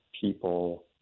people